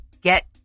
get